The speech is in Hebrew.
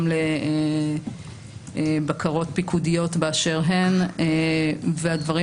גם לבקרות פיקודיות באשר הן והדברים